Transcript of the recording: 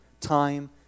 time